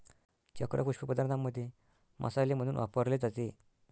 चक्र पुष्प पदार्थांमध्ये मसाले म्हणून वापरले जाते